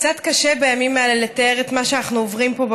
קצת קשה בימים האלה לתאר את מה שאנחנו עוברים פה,